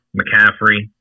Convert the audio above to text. McCaffrey